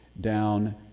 down